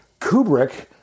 Kubrick